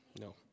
no